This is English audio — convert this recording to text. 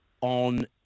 on